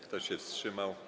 Kto się wstrzymał?